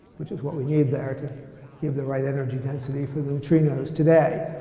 which is what we need there to give the right energy density for the neutrinos today.